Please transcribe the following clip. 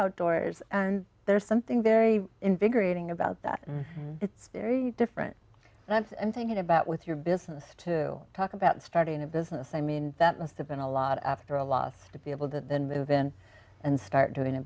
outdoors and there's something very invigorating about that it's very different that's and thinking about with your business to talk about starting a business i mean that must have been a lot after a loss to be able to move in and start doing a